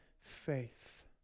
faith